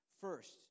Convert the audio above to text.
First